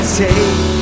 take